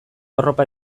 arropa